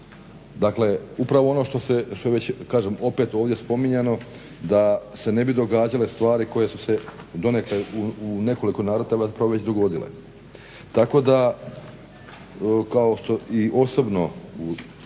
Dakle, upravo ono što je kažem opet ovdje spominjano da se ne bi događale stvari koje su se donekle u nekoliko navrata već dogodile. Tako da kao što i osobno